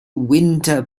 winter